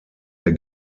der